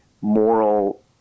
moral